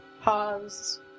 Pause